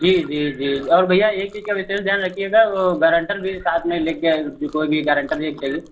जी जी जी और भैया एक चीज़ का विशेष ध्यान रखिएगा वो गारन्टर भी साथ में लेकर जो कोई भी एक गारन्टर एक चाहिए